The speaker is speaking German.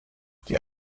die